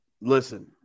Listen